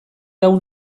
hau